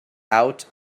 out